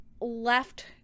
left